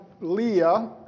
Leah